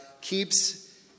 keeps